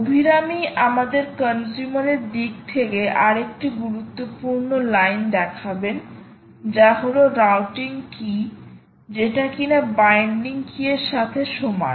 অভিরামি আমাদের কনজিউমার এর দিক থেকে আরেকটি গুরুত্বপূর্ণ লাইন দেখাবেন যা হলো রাউটিং কী যেটা কিনা বাইন্ডিং কী এর সাথে সমান